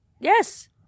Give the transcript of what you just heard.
Yes